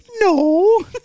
No